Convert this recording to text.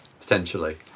potentially